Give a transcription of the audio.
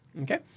Okay